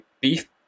beef